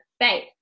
faith